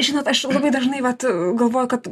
žinot aš labai dažnai vat galvoju kad